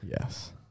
Yes